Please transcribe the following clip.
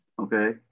okay